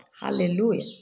hallelujah